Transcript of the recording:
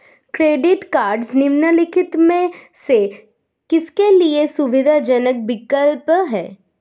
Credit cards निम्नलिखित में से किसके लिए सुविधाजनक विकल्प हैं?